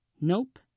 Nope